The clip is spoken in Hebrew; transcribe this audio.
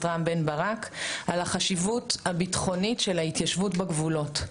רם בן ברק על החשיבות הביטחונית של ההתיישבות בגבולות.